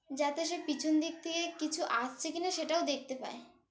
যাতে সে পিছন দিক থেকে কিছু আসছে কিনা সেটাও দেখতে পায়